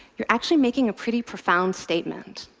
you're actually making a pretty profound statement.